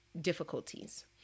difficulties